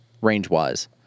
range-wise